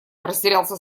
растерялся